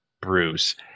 Bruce